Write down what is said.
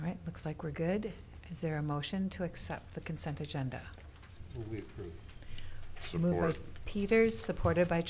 right looks like we're good is there a motion to accept the consent agenda to move peter's support